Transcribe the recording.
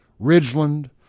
Ridgeland